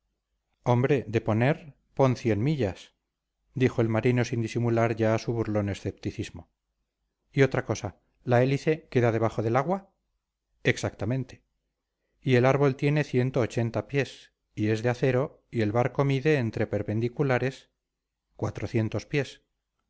hombre de poner pon cien millas dijo el marino sin disimular ya su burlón escepticismo y otra cosa la hélice queda debajo del agua exactamente y el árbol tiene ciento ochenta pies y es de acero y el barco mide entre perpendiculares cuatrocientos pies